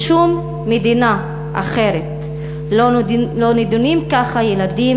בשום מדינה אחרת לא נידונים ככה ילדים